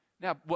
Now